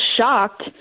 shocked